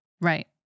Right